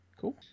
cool